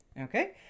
Okay